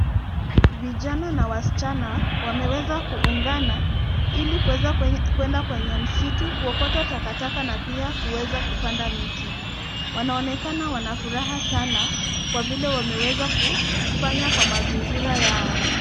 Vijana na wasichana wameweza kuungana ili kuweza kuenda kwenye msitu kuokota takataka na pia kuweza kupanda miti. Wanaonekana wana furaha sana kwa vile wameweza kufanya kwa mazingira yao.